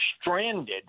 stranded